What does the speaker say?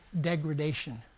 degradation